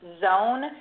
zone